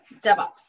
DevOps